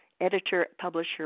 Editor-publisher